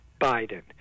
Biden